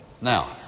Now